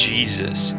Jesus